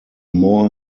more